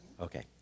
okay